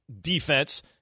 defense